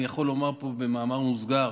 אני יכול לומר פה במאמר מוסגר